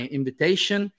invitation